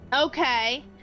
Okay